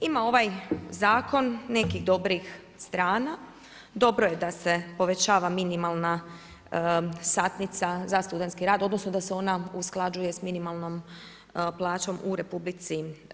Ima ovaj zakon nekih dobrih strana, dobro je da se povećava minimalna satnica za studentski rad, odnosno, da se ona usklađuje sa minimalnom plaćom u RH.